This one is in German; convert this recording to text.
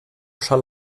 schall